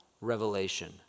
revelation